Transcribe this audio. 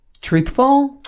truthful